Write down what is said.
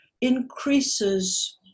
increases